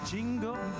Jingle